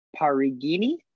Parigini